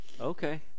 Okay